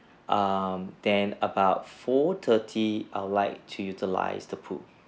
um then about four thirty I would like to utilize the pool